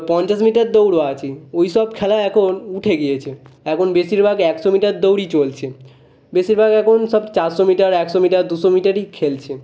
পঞ্চাশ মিটার দৌড়ও আছে ওই সব খেলা এখন উঠে গিয়েছে এখন বেশিরভাগ একশো মিটার দৌড়ই চলছে বেশিরভাগ এখন সব চারশো মিটার একশো মিটার দুশো মিটারই খেলছে